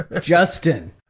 Justin